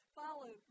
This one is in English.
follow